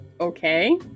Okay